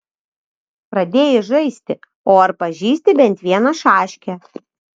pradėjai žaisti o ar pažįsti bent vieną šaškę